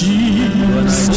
Jesus